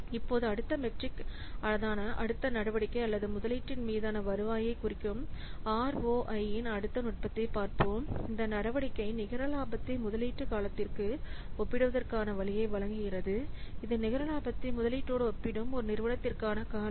இப்போது அடுத்த மெட்ரிக் அடுத்த நடவடிக்கை அல்லது முதலீட்டின் மீதான வருவாயைக் குறிக்கும் ROI இன் அடுத்த நுட்பத்தைப் பார்ப்போம் இந்த நடவடிக்கை நிகர லாபத்தை முதலீட்டு காலத்திற்கு ஒப்பிடுவதற்கான வழியை வழங்குகிறது இது நிகர லாபத்தை முதலீட்டோடு ஒப்பிடும் ஒரு நிறுவனத்திற்கான காலம்